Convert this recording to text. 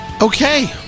Okay